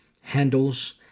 handles